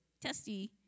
testy